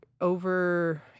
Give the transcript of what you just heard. over